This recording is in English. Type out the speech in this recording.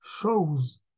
shows